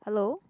hello